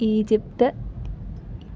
Egypt